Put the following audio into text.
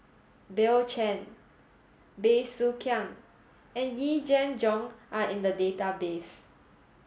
Bill Chen Bey Soo Khiang and Yee Jenn Jong are in the database